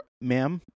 ma'am